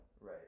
right